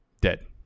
dead